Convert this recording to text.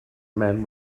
men